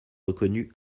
reconnus